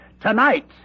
tonight